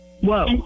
whoa